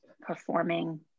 Performing